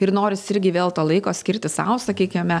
ir noris irgi vėl to laiko skirti sau sakykime